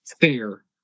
Fair